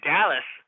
Dallas